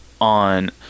on